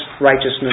righteousness